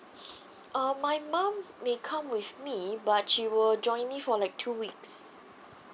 uh my mom may come with me but she will join me for like two weeks